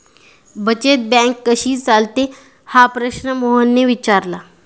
बचत बँक कशी चालते हा प्रश्न मोहनने विचारला?